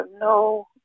no